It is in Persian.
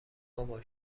بابا